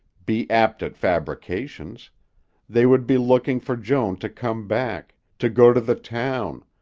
be apt at fabrications they would be looking for joan to come back, to go to the town,